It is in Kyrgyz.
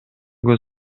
көз